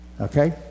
okay